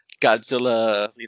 Godzilla